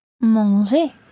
Manger